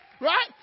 Right